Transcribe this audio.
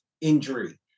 injury